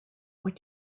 what